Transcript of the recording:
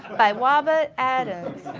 by wobewt adams.